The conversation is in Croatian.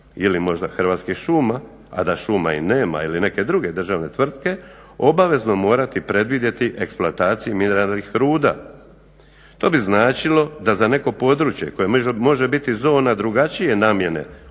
ili možda Hrvatskih šuma, a da šuma i nema ili neke druge državne tvrtke obavezno morati predvidjeti eksploataciju mineralnih ruda. To bi značilo da za neko područje koje može biti zona drugačije namjene